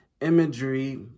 imagery